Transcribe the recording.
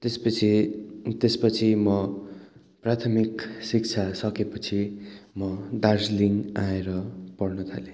त्यसपछि त्यसपछि म प्राथमिक शिक्षा सकेपछि म दार्जिलिङ आएर पढ्न थालेँ